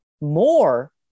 more